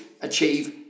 achieve